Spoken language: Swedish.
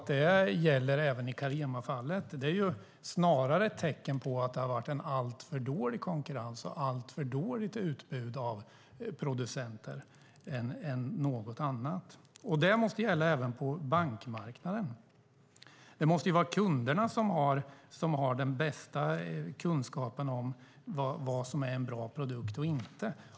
Det gäller även i Caremafallet. Det är snarare ett tecken på att det har varit en alltför dålig konkurrens och alltför dåligt utbud av producenter än tecken på något annat. Det måste gälla även på bankmarknaden. Det är kunderna som har den bästa kunskapen om vad som är en bra produkt eller inte.